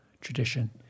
tradition